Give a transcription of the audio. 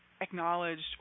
acknowledged